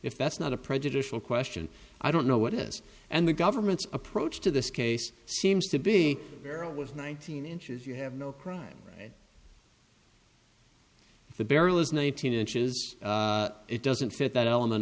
if that's not a prejudicial question i don't know what is and the government's approach to this case seems to be vera was nineteen inches you have no crime and the barrel is nineteen inches it doesn't fit that element